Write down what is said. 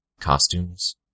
Costumes